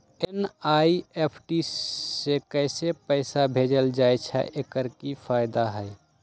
NEFT से पैसा कैसे भेजल जाइछइ? एकर की फायदा हई?